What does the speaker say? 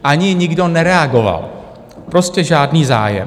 Ani nikdo nereagoval, prostě žádný zájem.